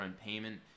payment